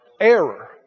error